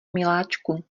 miláčku